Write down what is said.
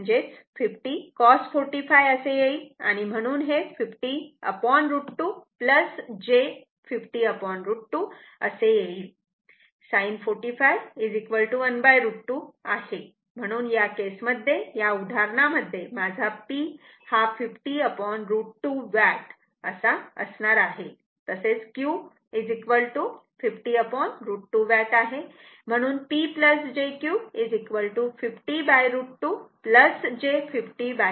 म्हणजेच हे 50 cos 45 असे येईल म्हणून हे 50√ 2 j 50√ 2 असे येईल कारण sin 45 1√ 2 आहे म्हणून या केसमध्ये या उदाहरणांमध्ये माझा P हा 50√ 2 वॅट असा असणार आहे आणि Q 50√ 2 वॅट आहे म्हणून P jQ 50√ 2 j 50√ 2 असे आहे